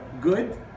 good